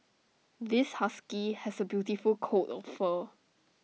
this husky has A beautiful coat of fur